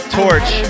torch